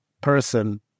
person